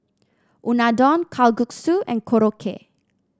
Unadon Kalguksu and Korokke